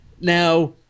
Now –